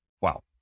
Wow